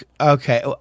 okay